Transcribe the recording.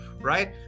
right